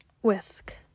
Whisk